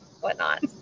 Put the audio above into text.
whatnot